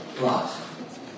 love